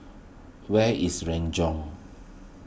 where is Renjong